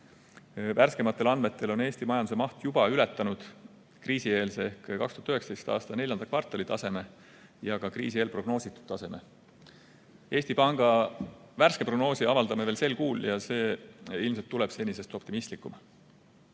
Värskematel andmetel on Eesti majanduse maht juba ületanud kriisieelse ehk 2019. aasta neljanda kvartali taseme ja ka kriisi eel prognoositud taseme. Eesti Panga värske prognoosi avaldame veel sel kuul ja see ilmselt tuleb senisest optimistlikum.